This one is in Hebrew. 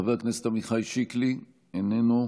חבר הכנסת עמיחי שיקלי, איננו,